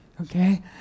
okay